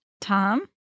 Tom